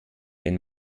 wenn